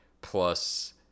plus